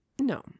No